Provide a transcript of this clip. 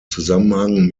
zusammenhang